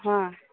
ᱦᱮᱸ